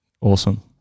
awesome